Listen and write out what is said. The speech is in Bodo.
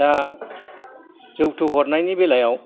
दा जौथुक हरनायनि बेलायाव